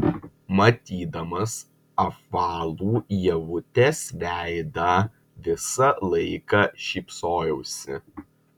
matydamas apvalų ievutės veidą visą laiką šypsojausi